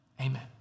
Amen